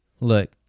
Look